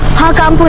how come